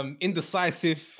indecisive